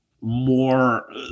more –